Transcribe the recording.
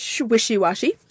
wishy-washy